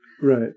right